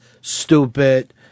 stupid